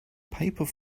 paper